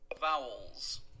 Vowels